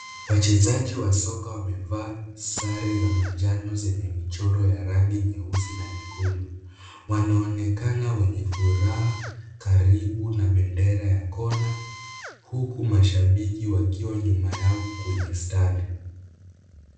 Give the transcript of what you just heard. Wachezaji wa soka wamevaa sare za manjano zenye michoro ya rangi nyeusi na nyekundu, wanaonekana wenye furaha karibu na bendera ya kona, huku mashabiki wakiwa nyuma yao kwenye standi.